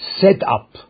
setup